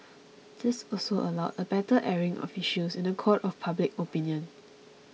this also allowed a better airing of issues in the court of public opinion